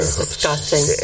disgusting